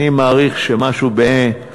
אני מעריך שב-23,